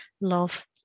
love